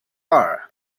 are